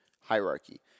Hierarchy